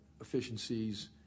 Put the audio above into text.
efficiencies